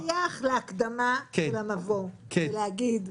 בפתיח להקדמה למבוא אני אומרת